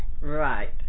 Right